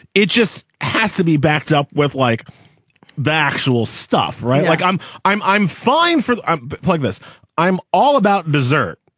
it just has to be backed up with like the actual stuff. right. like i'm i'm i'm fine for plug this i'm all about dessert.